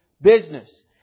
business